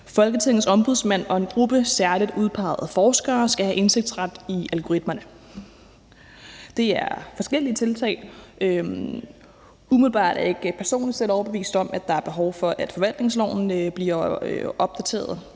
Folketingets Ombudsmand og en gruppe særlig udpegede forskere skal have indsigtsret i algoritmerne. Det er forskellige tiltag. Umiddelbart er jeg ikke personligt overbevist om, at der er behov for, at forvaltningsloven bliver opdateret.